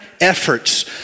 efforts